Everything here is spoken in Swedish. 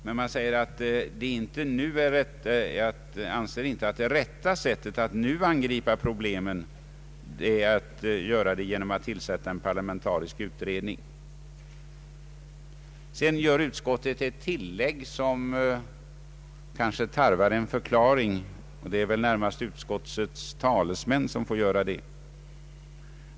Men utskottet ”anser inte att rätta sättet att nu angripa problemen är att tillsätta en parlamentarisk utredning”. Sedan gör utskottet ett tillägg, som kanske tarvar en förklaring, men det får väl närmast bli utskottets talesman som gör den.